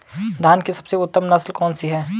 धान की सबसे उत्तम नस्ल कौन सी है?